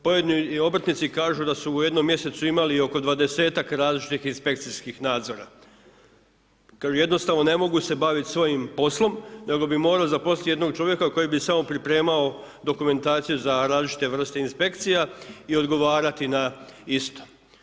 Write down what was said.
Pojedini obrtnici kažu da su u jednom mjesecu imali oko 20-ak različitih inspekcijskih nadzora, kažu jednostavno ne mogu se baviti svojim poslom, nego bi morao zaposliti jednog čovjeka koji bi samo pripremao dokumentaciju za različite vrste inspekcija i odgovarati na isto.